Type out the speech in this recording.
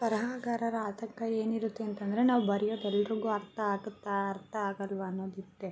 ಬರಹಗಾರರ ಆತಂಕ ಏನಿರುತ್ತೆ ಅಂತಂದರೆ ನಾವು ಬರ್ಯೋದು ಎಲ್ರಿಗೂ ಅರ್ಥ ಆಗತ್ತಾ ಅರ್ಥ ಆಗಲ್ಲವಾ ಅನ್ನೋದಿರುತ್ತೆ